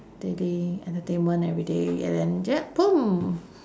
daily entertainment everyday and then yup boom